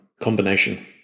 combination